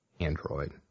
Android